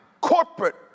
corporate